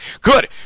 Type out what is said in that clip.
Good